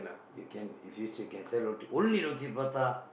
you can if you still can sell only roti-prata